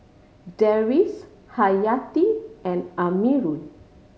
Deris Hayati and Amirul